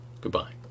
goodbye